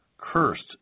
Cursed